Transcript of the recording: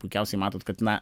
puikiausiai matot kad na